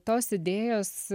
tos idėjos